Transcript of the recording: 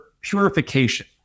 purification